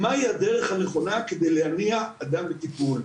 מה הדרך הנכונה להניע אדם לטיפול.